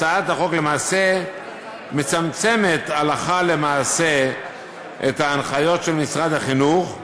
הצעת החוק למעשה מצמצמת הלכה למעשה את ההנחיות של משרד החינוך,